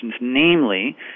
namely